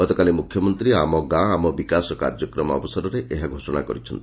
ଗତକାଲି ମୁଖ୍ୟମନ୍ତୀ ଆମ ଗାଁ ଆମ ବିକାଶ କାର୍ଯ୍ୟକ୍ରମ ଅବସରରେ ଏହା ଘୋଷଣା କରିଛନ୍ତି